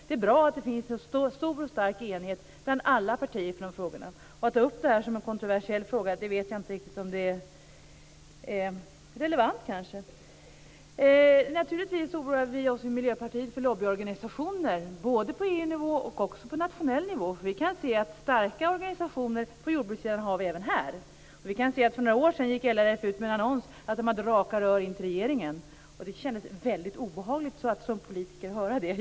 Det är bra att det finns en stor och stark enighet bland alla partier för de här frågorna. Jag vet inte om det är riktigt relevant, kanske, att ta upp det här som en kontroversiell fråga. Naturligtvis oroar vi oss i Miljöpartiet för lobbyorganisationer, både på EU-nivå och på nationell nivå. Starka organisationer på jordbrukssidan finns även här. För några år sedan gick LRF ut med en annons om att man hade raka rör in till regeringen. Det kändes väldigt obehagligt att som politiker höra det.